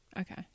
Okay